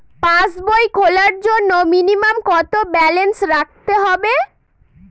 পাসবই খোলার জন্য মিনিমাম কত ব্যালেন্স রাখতে হবে?